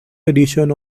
edition